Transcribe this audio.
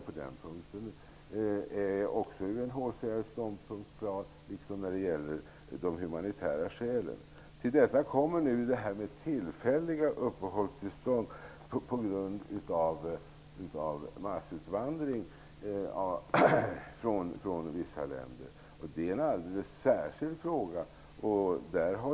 På den punkten är UNHCR:s ståndpunkt också klar, liksom när det gäller de humanitära skälen. Till detta kommer nu frågan om tillfälliga uppehållstillstånd på grund av massutvandring från vissa länder. Det är en alldeles särskild fråga.